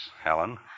Helen